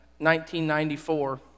1994